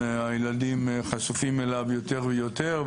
הילדים חשופים אליו יותר ויותר,